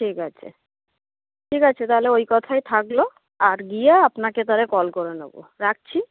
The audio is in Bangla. ঠিক আছে ঠিক আছে তাহলে ওই কথাই থাকল আর গিয়ে আপনাকে তাহলে কল করে নেব রাখছি